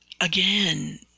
again